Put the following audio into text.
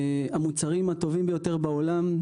המוצרים הטובים ביותר בעולם,